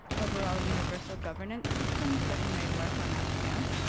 overall universal governance system that may work on that scale.